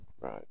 Right